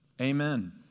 Amen